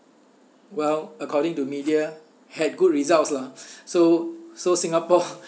well according to media had good results lah so so singapore